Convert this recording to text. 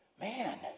man